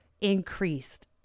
increased